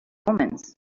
omens